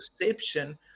perception